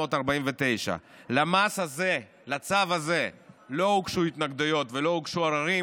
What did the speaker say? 4,949. לצו הזה לא הוגשו התנגדויות ולא הוגשו ערערים,